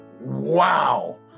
Wow